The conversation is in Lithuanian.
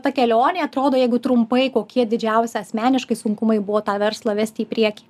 ta kelionė atrodo jeigu trumpai kokie didžiausi asmeniškai sunkumai buvo tą verslą vesti į priekį